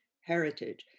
heritage